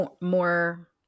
more